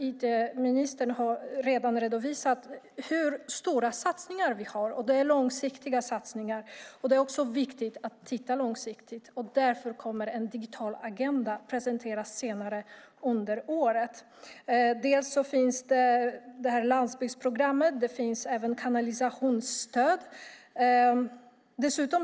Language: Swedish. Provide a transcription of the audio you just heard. IT-ministern har redan redovisat Alliansens stora och långsiktiga satsningar. Det är viktigt att titta långsiktigt, och därför kommer en digital agenda att presenteras senare i år. Landsbygdsprogrammet finns och även kanalisationsstödet.